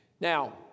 Now